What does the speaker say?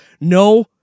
No